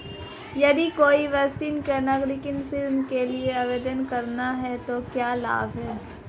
यदि कोई वरिष्ठ नागरिक ऋण के लिए आवेदन करता है तो क्या लाभ हैं?